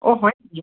অ' হয় নেকি